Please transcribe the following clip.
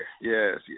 Yes